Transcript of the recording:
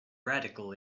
radical